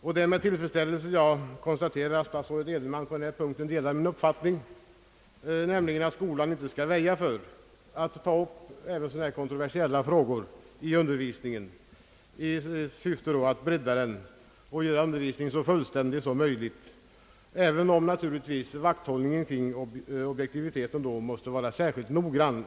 Det är med tillfredsställelse jag konstaterar att statsrådet Edenman på denna punkt delar min uppfattning, nämligen att skolan inte skall väja för att ta upp även sådana kontroversiella frågor i undervisningen i syfte att bredda denna och göra den så fullständig som möjligt, även om naturligtvis vakthåll ningen kring objektiviteten därvidlag måste vara särskilt noggrann.